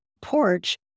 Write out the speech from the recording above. porch